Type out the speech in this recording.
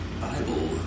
Bible